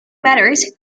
matters